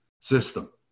system